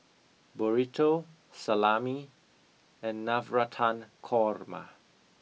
burrito salami and navratan korma